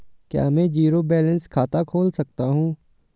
क्या मैं zero balance खाता खोल सकता हूँ?